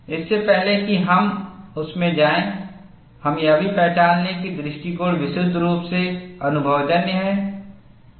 इससे पहले कि हम उस में जाएं हम यह भी पहचान लें कि दृष्टिकोण विशुद्ध रूप से अनुभवजन्य है